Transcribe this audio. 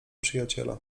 przyjaciela